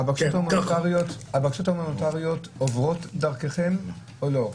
הבקשות ההומניטריות עוברות דרכם, או לא?